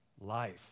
life